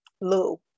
Lou